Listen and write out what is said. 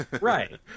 Right